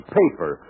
paper